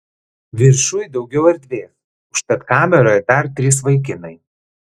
viršuj daugiau erdvės užtat kameroje dar trys vaikinai